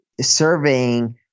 surveying